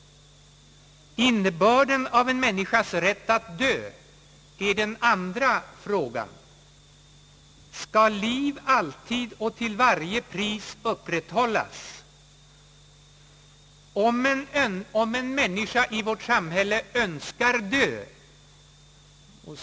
Innebörden av en människas rätt att dö är den andra frågan. Skall liv alltid och till varje pris upprätthållas? Om en människa i vårt samhälle önskar dö, skall hon då få det?